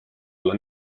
olla